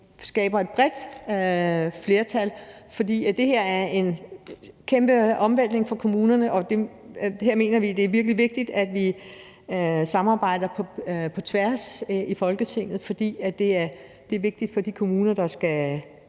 skaber et bredt flertal. For det her er en kæmpe omvæltning for kommunerne, og her mener vi, at det er virkelig vigtigt, at vi samarbejder på tværs af Folketinget. Det er vigtigt for de kommuner, der skal